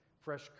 fresh